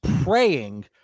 praying